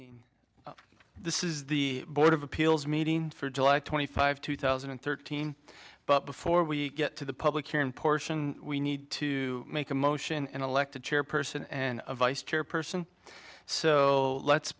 this is the board of appeals meeting for july twenty five two thousand and thirteen but before we get to the public hearing portion we need to make a motion an elected chairperson and a vice chair person so let's